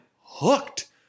hooked